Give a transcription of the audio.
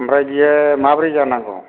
ओमफ्राय बियो माबोरै जानांगौ